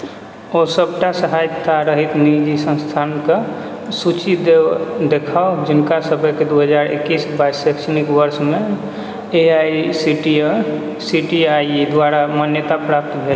ओ सबटा सहायता रहित निजी संस्थान कऽ सूची देखाउ जिनका सबके दू हजार एकैस बाइस शैक्षणिक वर्षमे A I C T E द्वारा मान्यताप्राप्त भेल